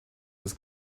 ist